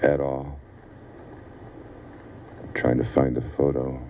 at all trying to find a photo